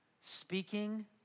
speaking